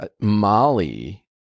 Molly